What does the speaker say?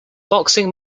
boxing